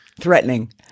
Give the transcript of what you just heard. Threatening